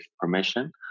permission